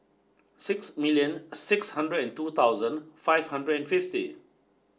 six million six hundred and two thousand five hundred and fifty